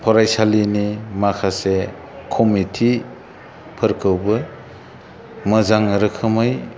फरायसालिनि माखासे खमिटि फोरखौबो मोजां रोखोमै